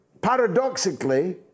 paradoxically